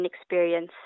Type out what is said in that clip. experience